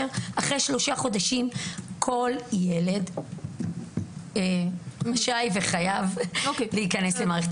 אחרי שלושה חודשים כל ילד רשאי וחייב להיכנס למערכת